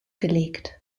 gelegt